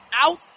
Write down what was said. out